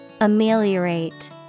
Ameliorate